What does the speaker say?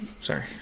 Sorry